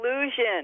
illusion